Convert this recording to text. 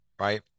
right